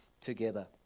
together